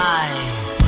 eyes